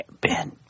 Ben